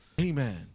amen